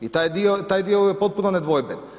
I taj dio je potpuno nedvojben.